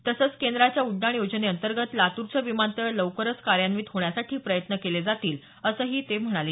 तसंच केंद्राच्या उड्डाण योजनेअंतर्गत लातूरचं विमानतळ लवकरच कार्यान्वित होण्यासाठी प्रयत्न केले जातील असं ते म्हणाले